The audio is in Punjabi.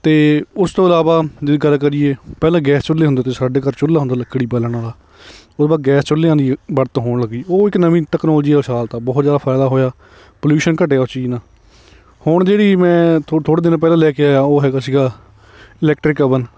ਅਤੇ ਉਸ ਤੋਂ ਇਲਾਵਾ ਜੇ ਗੱਲ ਕਰੀਏ ਪਹਿਲਾਂ ਗੈਸ ਚੁੱਲ੍ਹੇ ਹੁੰਦੇ ਤੇ ਸਾਡੇ ਘਰ ਚੁੱਲ੍ਹਾ ਹੁੰਦਾ ਲੱਕੜੀ ਬਾਲਣ ਵਾਲਾ ਉਹ ਆਪਾਂ ਗੈਸ ਚੁੱਲ੍ਹਿਆਂ ਦੀ ਵਰਤੋਂ ਹੋਣ ਲੱਗੀ ਉਹ ਇੱਕ ਨਵੀਂ ਟੈਕਨੋਲੋਜੀ ਉਛਾਲ ਤਾ ਬਹੁਤ ਜ਼ਿਆਦਾ ਫਾਇਦਾ ਹੋਇਆ ਪੋਲਿਊਸ਼ਨ ਘਟਿਆ ਉਸ ਚੀਜ਼ ਨਾਲ ਹੁਣ ਜਿਹੜੀ ਮੈਂ ਥੋ ਥੋੜ੍ਹੇ ਦਿਨ ਪਹਿਲਾਂ ਲੈ ਕੇ ਆਇਆ ਉਹ ਹੈਗਾ ਸੀਗਾ ਇਲੈਕਟ੍ਰਿਕ ਅਵਨ